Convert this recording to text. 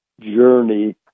journey